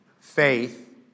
faith